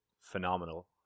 phenomenal